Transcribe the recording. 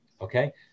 Okay